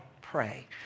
pray